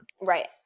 Right